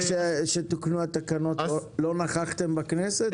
וכאשר תוקנו התקנות לא נכחתם בכנסת?